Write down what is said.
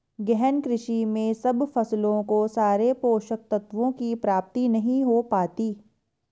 गहन कृषि में सब फसलों को सारे पोषक तत्वों की प्राप्ति नहीं हो पाती